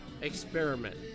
experiment